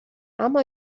اما